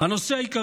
הנושא העיקרי,